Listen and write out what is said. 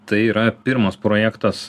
tai yra pirmas projektas